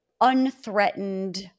unthreatened